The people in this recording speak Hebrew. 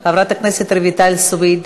חברת הכנסת רויטל סויד,